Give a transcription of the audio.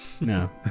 No